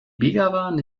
begawan